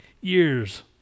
years